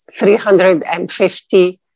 350